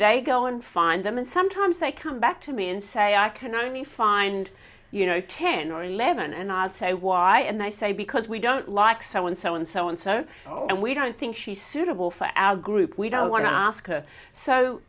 today go and find them and sometimes they come back to me and say i can only find you know ten or eleven and i say why and i say because we don't like so and so and so and so and we don't think she suitable for our group we don't want to ask her so